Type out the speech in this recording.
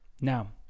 Now